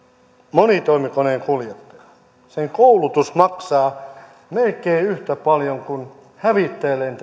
monitoimikoneenkuljettaja sen koulutus maksaa melkein yhtä paljon kuin hävittäjälentäjän koulutus